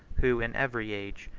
who, in every age,